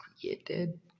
created